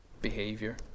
behavior